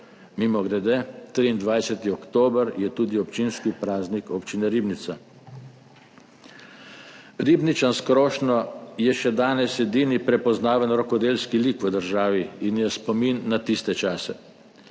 Mimogrede, 23. oktober je tudi občinski praznik občine Ribnica.Ribničan s krošnjo je še danes edini prepoznaven rokodelski lik v državi in je spomin na tiste čase,